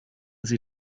sie